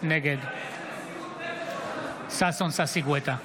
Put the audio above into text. נגד ששון ששי גואטה,